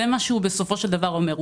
זה מה שהוא בסופו של דבר אומר.